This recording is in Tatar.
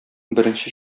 беренче